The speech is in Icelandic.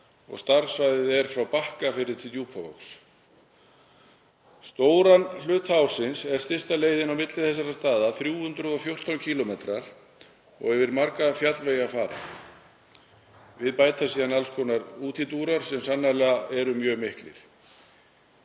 Starfssvæðið er frá Bakkafirði til Djúpavogs. Stóran hluta ársins er stysta leiðin á milli þessara staða 314 km og yfir marga fjallvegi að fara. Við bætast síðan alls konar útúrdúrar sem sannarlega eru mjög miklir.